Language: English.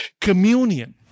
Communion